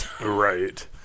Right